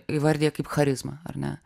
įvardija kaip charizmą ar ne